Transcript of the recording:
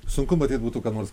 sunku matyt būtų ką nors